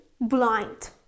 blind